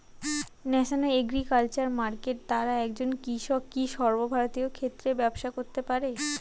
National agriculture market দ্বারা একজন কৃষক কি সর্বভারতীয় ক্ষেত্রে ব্যবসা করতে পারে?